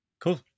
cool